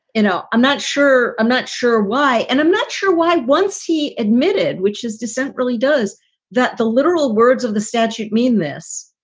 you know, i'm not sure i'm not sure why and i'm not sure why once he admitted, which is dissent really does that the literal words of the statute mean this?